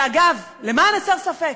ואגב, למען הסר ספק,